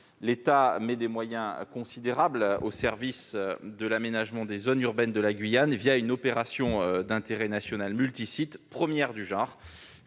L'État consacre des moyens considérables au service de l'aménagement des zones urbaines de Guyane une opération d'intérêt national multisites, ce qui est